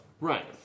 Right